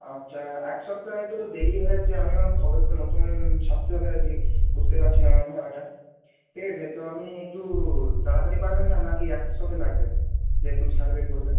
আচ্ছা এক সপ্তাহে তো দেরি হয়ে যাচ্ছে আমি এখনও খবর তো নতুন ছাড়তে হবে আর কি বুঝতে পারছেন আমার তাড়াটা ঠিক আছে তো আপনি একটু তাড়াতাড়ি পারবেন না না কি এক সপ্তাহ লাগবে যেহেতু সার্ভে করবেন